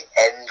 end